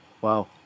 Wow